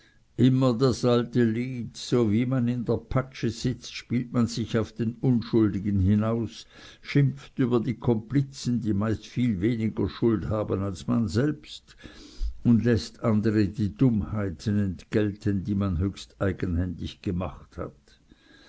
immer das alte lied sowie man in der patsche sitzt spielt man sich auf den unschuldigen hin aus schimpft über die komplizen die meist viel weniger schuld haben als man selbst und läßt andere die dummheiten entgelten die man höchst eigenhändig gemacht hat